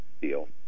deal